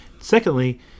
Secondly